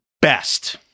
best